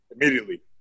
immediately